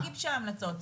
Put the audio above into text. לא, היא לא גיבשה המלצות.